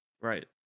Right